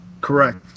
Correct